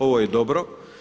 Ovo je dobro.